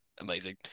Amazing